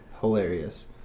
hilarious